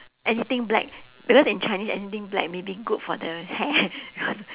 anything black because in chinese anything black maybe good for the hair